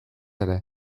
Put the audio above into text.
ere